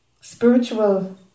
spiritual